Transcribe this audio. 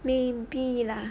maybe lah